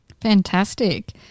Fantastic